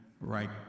right